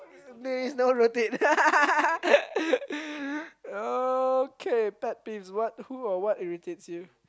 please no rotates okay pet peeves what who or what irritates you